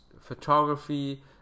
photography